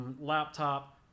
laptop